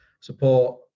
support